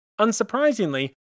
Unsurprisingly